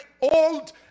old